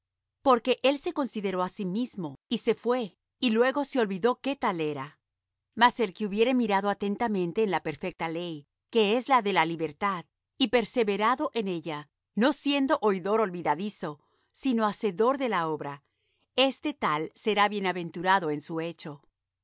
porque él se consideró á sí mismo y se fué y luego se olvidó qué tal era mas el que hubiere mirado atentamente en la perfecta ley que es la de la libertad y perseverado en ella no siendo oidor olvidadizo sino hacedor de la obra este tal será bienaventurado en su hecho